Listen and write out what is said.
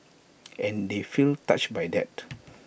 and they feel touched by that